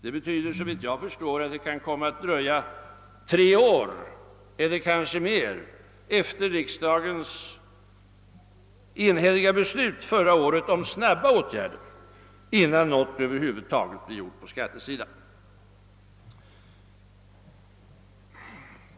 Detta betyder såvitt jag förstår att det kan kom ma att dröja tre år eller mer efter riksdagens enhälliga beslut förra året om snabba åtgärder innan något över huvud taget blir gjort på skattesidan.